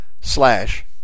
slash